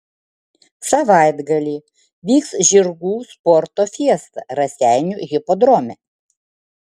savaitgalį vyks žirgų sporto fiesta raseinių hipodrome